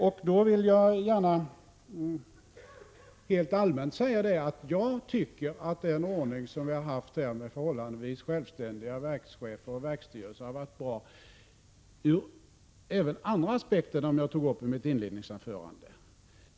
Jag vill gärna helt allmänt säga att jag tycker att den ordning vi har haft med förhållandevis självständiga verkschefer och verksstyrelser har varit bra, även ur andra aspekter än dem jag tog upp i mitt inledningsanförande.